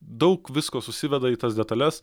daug visko susiveda į tas detales